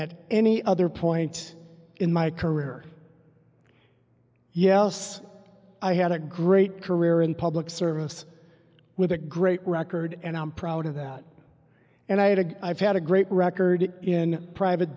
at any other points in my career yes i had a great career in public service with a great record and i'm proud of that and i had a i've had a great record in private